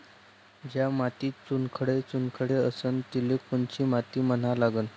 ज्या मातीत चुनखडे चुनखडे असन तिले कोनची माती म्हना लागन?